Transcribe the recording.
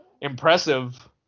impressive